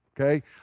okay